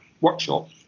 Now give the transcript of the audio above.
workshop